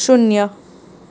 શૂન્ય